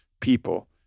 people